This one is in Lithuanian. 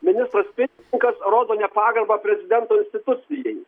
ministras pirmininkas rodo nepagarbą prezidento institucijai